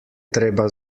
treba